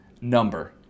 number